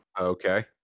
okay